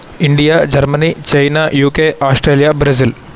India Germany China UK Australia Brazil